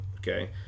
Okay